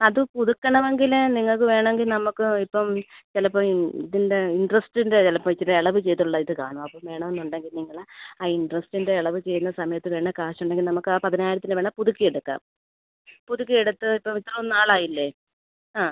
അത് പുതുക്കണമെങ്കിൽ നിങ്ങൾക്ക് വേണമെങ്കിൽ നമുക്ക് ഇപ്പം ചിലപ്പോൾ ഈ ഇതിൻ്റെ ഇൻട്രസ്റ്റിൻ്റെ ചിലപ്പോൾ ഇത്തിരി ഇളവ് ചെയ്തുള്ള ഇത് കാണും അത് വേണമെന്നുണ്ടെങ്കിൽ നിങ്ങൾ ആ ഇൻട്രസ്റ്റിൻ്റെ ഇളവ് ചെയ്യുന്ന സമയത്ത് തന്നെ കാശ് ഉണ്ടെങ്കിൽ നമുക്ക് ആ പതിനായിരത്തിന് വേണമെങ്കിൽ പുതുക്കി എടുക്കാം പുതുക്കി എടുത്ത് ഇപ്പോൾ ഇത്ര നാളായില്ലേ ആ